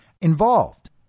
involved